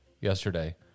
yesterday